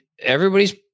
everybody's